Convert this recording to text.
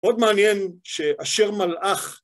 עוד מעניין שאשר מלאך...